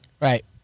Right